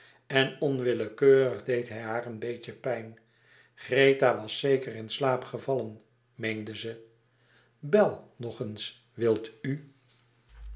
en onwillekeurig deed hij haar een beetje pijn greta was zeker in slaap gevallen meende ze bel nog eens wil u